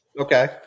Okay